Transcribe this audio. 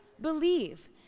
believe